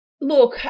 Look